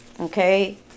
Okay